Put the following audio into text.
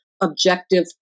objective